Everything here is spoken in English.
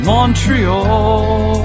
Montreal